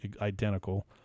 identical